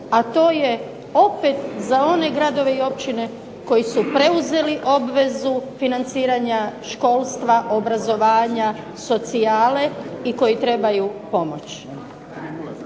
a to je opet za one gradove i općine koji su preuzeli obvezu financiranja školstva, obrazovanja, socijale i koji trebaju pomoć.